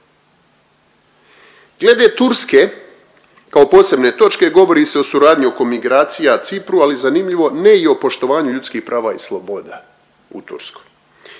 Glede Turske kao posebne točke govori se o suradnji oko migracija Cipru, ali zanimljivo ne i o poštovanju ljudskih prava i sloboda u Turskoj.